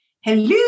hello